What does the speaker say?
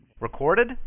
recorded